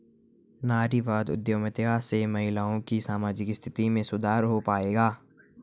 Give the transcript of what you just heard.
नारीवादी उद्यमिता से महिलाओं की सामाजिक स्थिति में सुधार हो पाएगा?